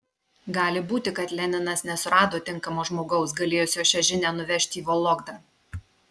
gali būti kad leninas nesurado tinkamo žmogaus galėjusio šią žinią nuvežti į vologdą